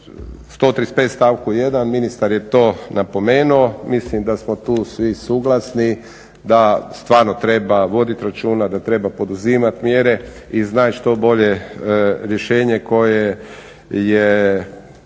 135. stavku 1. ministar je to napomenuo mislim da smo tu svi suglasni da stvarno treba voditi računa, da treba poduzimati mjere i iznaći što bolje rješenje koje je